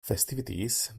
festivities